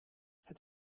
het